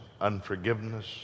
unforgiveness